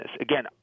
Again